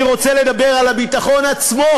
אני רוצה לדבר על הביטחון עצמו,